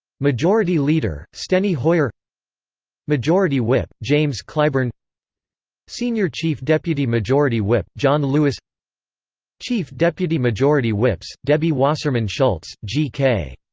majority leader steny hoyer majority whip james clyburn senior chief deputy majority whip john lewis chief deputy majority whips debbie wasserman schultz, g k.